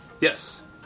Yes